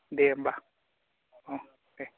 दे होमबा औ दे